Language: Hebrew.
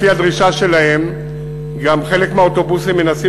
לפי הדרישה שלהם גם חלק מהאוטובוסים מנסים